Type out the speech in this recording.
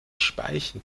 speichen